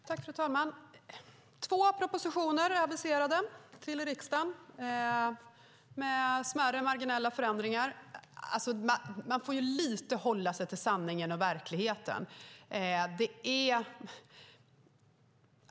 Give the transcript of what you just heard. Fru talman! Två propositioner är aviserade med smärre marginella förändringar. Man får faktiskt försöka hålla sig till sanningen och verkligheten.